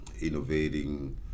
innovating